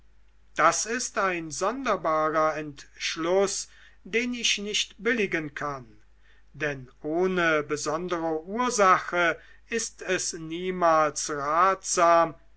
das ist ein sonderbarer entschluß den ich nicht billigen kann denn ohne besondere ursache ist es niemals ratsam